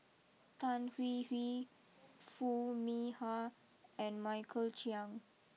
Tan Hwee Hwee Foo Mee Har and Michael Chiang